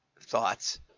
thoughts